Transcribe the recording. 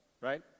right